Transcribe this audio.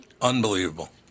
Unbelievable